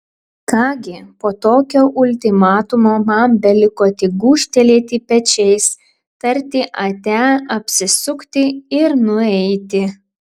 ką gi po tokio ultimatumo man beliko tik gūžtelėti pečiais tarti ate apsisukti ir nueiti